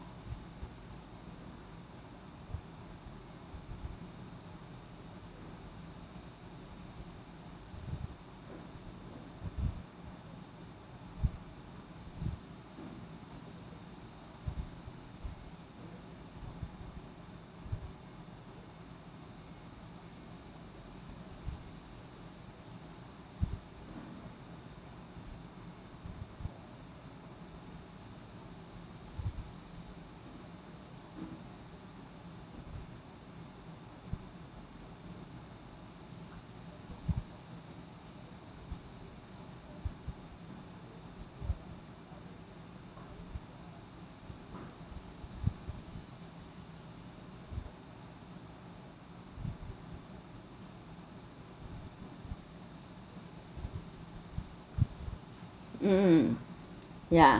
mm yeah